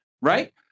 right